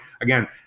again